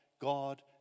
God